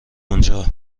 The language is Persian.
اونجا